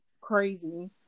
crazy